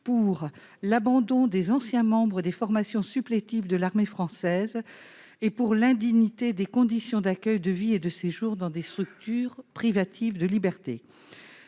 dans l'abandon des anciens membres des formations supplétives de l'armée française et dans l'indignité des conditions d'accueil, de vie et de séjour au sein de structures privatives de liberté.